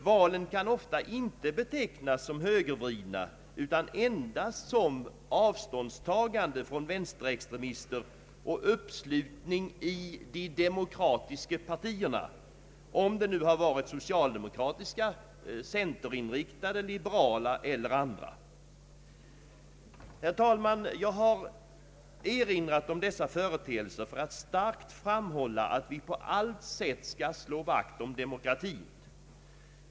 Valen kan ofta inte betecknas som högervridna utan endast som avståndstagande från vänsterextremister och uppslutning i de demokratiska partierna — det må sedan ha varit socialdemokratiska, centerinriktade, liberala eller andra. Herr talman! Jag har erinrat om dessa företeelser för att starkt framhålla att vi på allt sätt skall slå vakt om demokratin.